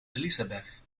elisabeth